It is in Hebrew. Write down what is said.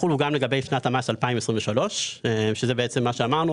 יחולו גם לגבי שנת המס 2023. שזה בעצם מה שאמרנו,